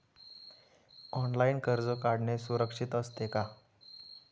Online कर्ज काढणे सुरक्षित असते का?